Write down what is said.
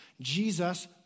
Jesus